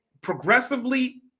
Progressively